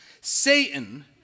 Satan